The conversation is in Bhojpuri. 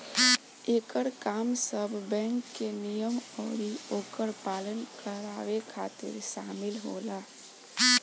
एकर काम सब बैंक के नियम अउरी ओकर पालन करावे खातिर शामिल होला